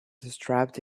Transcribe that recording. strapped